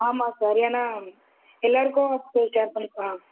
ஆமாம் சார் ஏன்னால் எல்லோருக்கும் கொடுத்து ஷேர் பண்ணி ஆ